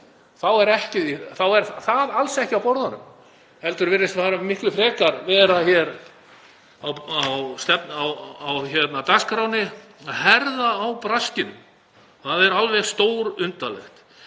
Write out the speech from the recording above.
þá er það alls ekki á borðinu heldur virðist miklu frekar vera á dagskránni að herða á braskinu. Það er alveg stórundarlegt.